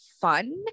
fun